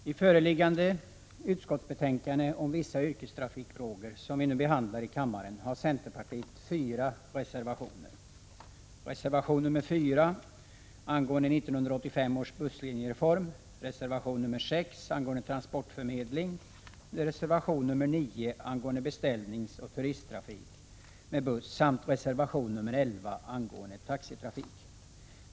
Herr talman! I föreliggande utskottsbetänkande om vissa yrkestrafikfrågor som vi nu behandlar i kammaren har centerpartiet avgivit fyra reservationer: reservation 4 angående 1985 års busslinjereform, reservation 6 angående transportförmedling, reservation 9 angående beställningsoch turisttrafik med buss samt reservation 11 angående taxitrafik.